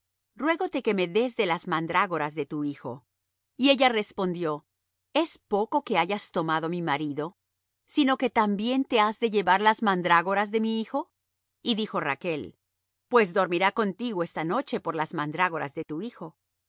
lea ruégote que me des de las mandrágoras de tu hijo y ella respondió es poco que hayas tomado mi marido sino que también te has de llevar las mandrágoras de mi hijo y dijo rachl pues dormirá contigo esta noche por las mandrágoras de tu hijo